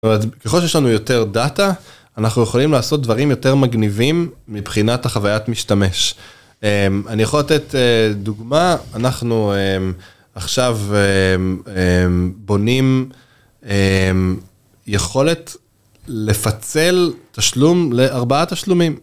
ככל שיש לנו יותר דאטה, אנחנו יכולים לעשות דברים יותר מגניבים מבחינת החוויית משתמש. אני יכול לתת דוגמה, אנחנו עכשיו בונים יכולת לפצל תשלום לארבעה תשלומים.